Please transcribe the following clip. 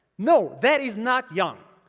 no, that is not young.